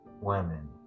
women